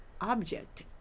object